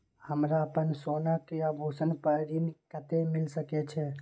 हमरा अपन सोना के आभूषण पर ऋण कते मिल सके छे?